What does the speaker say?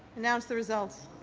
announce the result.